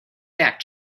that